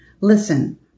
listen